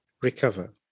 recover